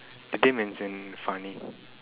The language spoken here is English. did they mention funny